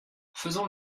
faisons